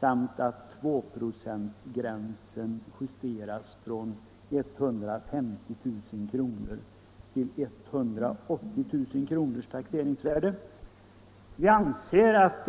samt att 2-procentsgränsen justeras från 150 000 kr. till 180 000 kr. taxeringsvärde. Vi anser att